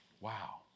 Wow